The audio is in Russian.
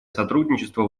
сотрудничество